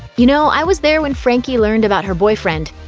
you know, i was there when frankie learned about her boyfriend.